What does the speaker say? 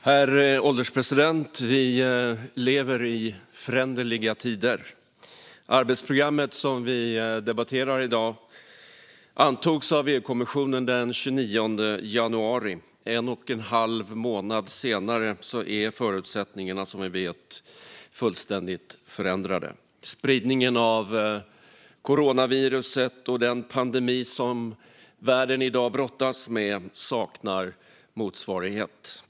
Herr ålderspresident! Vi lever i föränderliga tider. Det arbetsprogram som vi debatterar i dag antogs av EU-kommissionen den 29 januari. En och en halv månad senare är förutsättningarna, som vi vet, fullständigt förändrade. Spridningen av coronaviruset och den pandemi som världen i dag brottas med saknar motsvarighet.